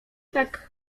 tak